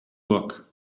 book